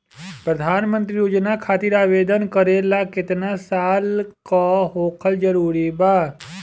प्रधानमंत्री योजना खातिर आवेदन करे ला केतना साल क होखल जरूरी बा?